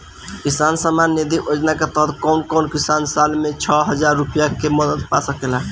किसान सम्मान निधि योजना के तहत कउन कउन किसान साल में छह हजार रूपया के मदद पा सकेला?